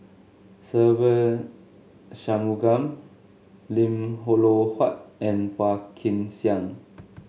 Se Ve Shanmugam Lim Huat and Phua Kin Siang